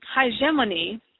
hegemony